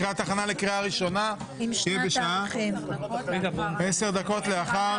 הכנה לקריאה ראשונה, תהיה 10 דקות לאחר